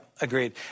agreed